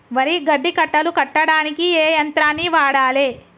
వరి గడ్డి కట్టలు కట్టడానికి ఏ యంత్రాన్ని వాడాలే?